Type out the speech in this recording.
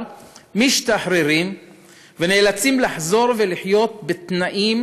משתחררים ונאלצים לחזור ולחיות בתנאים,